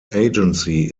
agency